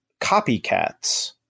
copycats